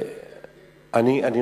למה אתה מקלקל לו?